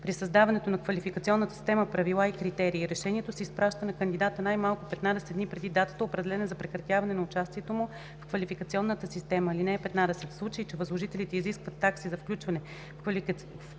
при създаването на квалификационната система правила и критерии. Решението се изпраща на кандидата най-малко 15 дни преди датата, определена за прекратяване на участието му в квалификационната система. (15) В случай че възложителите изискват такси за включване в квалификационната система